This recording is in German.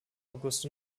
august